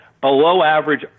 below-average